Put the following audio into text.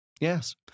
Yes